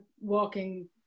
walking